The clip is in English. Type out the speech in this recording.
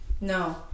No